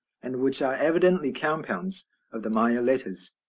and which are evidently compounds of the maya letters.